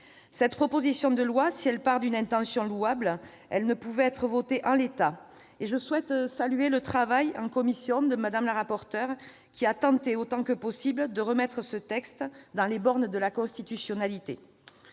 Cette proposition de loi, si elle part d'une intention louable, ne pouvait être adoptée en l'état, et je souhaite saluer le travail réalisé en commission par Mme la rapporteur, qui a tenté autant que possible de faire en sorte que ce texte ne sorte pas des bornes de la constitutionnalité.